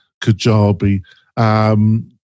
Kajabi